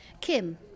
Kim